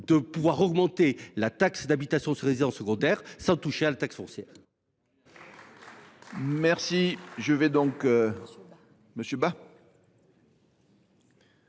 d’augmenter la taxe d’habitation sur les résidences secondaires sans toucher à la taxe foncière.